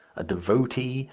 a devotee,